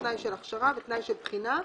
תנאי של הכשרה ותנאי של בחינה,